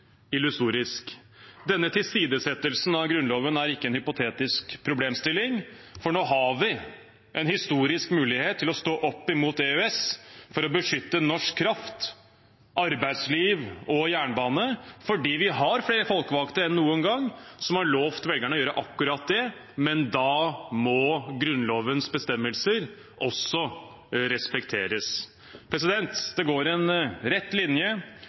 Denne tilsidesettelsen av Grunnloven er ikke en hypotetisk problemstilling, for nå har vi en historisk mulighet til å stå opp mot EØS for å beskytte norsk kraft, arbeidsliv og jernbane fordi vi har flere folkevalgte enn noen gang som har lovet velgerne å gjøre akkurat det, men da må Grunnlovens bestemmelser også respekteres. Det går en rett linje